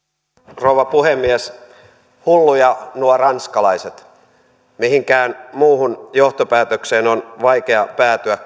rouva puhemies hulluja nuo ranskalaiset mihinkään muuhun johtopäätökseen on vaikea päätyä